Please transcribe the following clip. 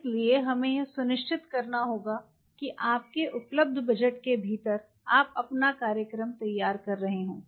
इसलिए हमें यह सुनिश्चित करना होगा कि आपके उपलब्ध बजट के भीतर आप अपना कार्यक्रम तैयार कर रहे हों